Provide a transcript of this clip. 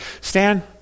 Stan